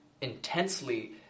intensely